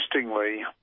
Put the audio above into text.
interestingly